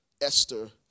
Esther